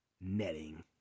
netting